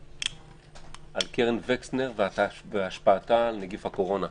על קרן וקסנר והשפעתה על נגיף הקורונה.